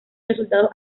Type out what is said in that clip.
resultados